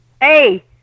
Hey